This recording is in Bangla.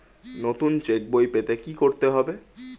নতুন চেক বই পেতে কী করতে হবে?